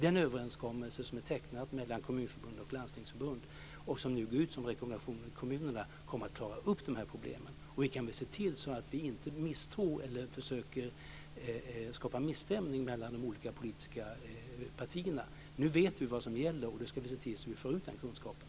Den överenskommelse som är tecknad mellan Kommunförbundet och Landstingsförbundet och som nu går ut som en rekommendation till kommunerna kommer att klara upp problemen. Vi kan väl se till att inte skapa misstämning mellan de olika politiska partierna. Nu vet vi vad som gäller, och nu ska vi se till att få ut kunskapen.